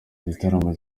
gitaramo